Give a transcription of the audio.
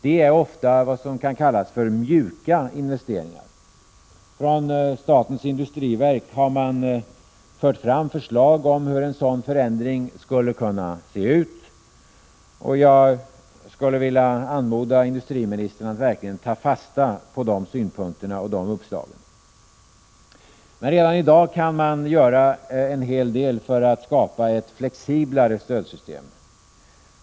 Det är ofta vad som kan kallas mjuka investeringar. Från statens industriverk har man fört fram förslag om hur en sådan förändring skulle kunna se ut. Jag skulle vilja anmoda industriministern att verkligen ta fasta på de synpunkterna och uppslagen. Men redan i dag kan man göra en hel del för att skapa ett flexiblare stödsystem.